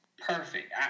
perfect